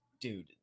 dude